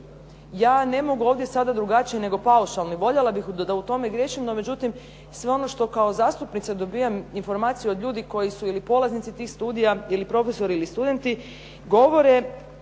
Ja ne mogu ovdje sada drugačije nego paušalnim, voljela bih da u tome griješim, no međutim sve ono što kao zastupnica dobivam informaciju od ljudi koji su ili polaznici tih studija ili profesori ili studenti govore